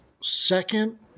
second